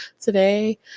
today